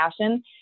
passion